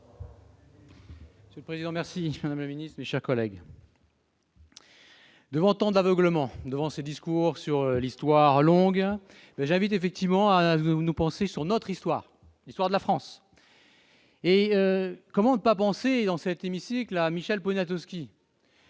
Monsieur le président, madame la ministre, mes chers collègues, devant tant d'aveuglement et de discours sur l'histoire longue, je vous invite à nous pencher sur notre histoire, l'histoire de la France. Comment ne pas penser en ce moment à Michel Poniatowski ?